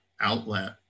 outlet